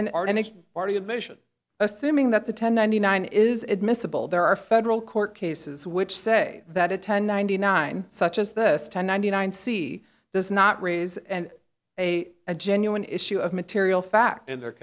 and party admission assuming that the ten ninety nine is admissible there are federal court cases which say that a ten ninety nine such as this ten ninety nine c does not raise and a a genuine issue of material fact in their